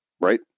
right